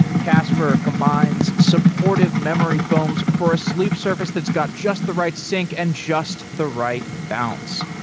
casper combines supportive memory foams for a sleep surface that's got just the right sink and just the right bounce.